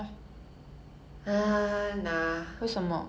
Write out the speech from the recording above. which I have not fully